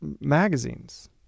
magazines